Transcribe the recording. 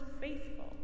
faithful